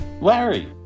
Larry